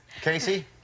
Casey